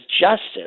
justice